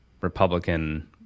Republican